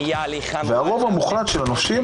הכי מלוכלכת שלך,